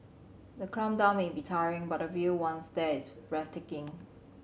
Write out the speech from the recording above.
the climb down may be tiring but the view once there is breathtaking